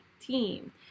team